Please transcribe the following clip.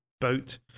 boat